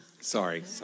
Sorry